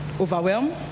overwhelm